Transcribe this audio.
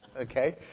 Okay